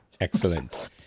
Excellent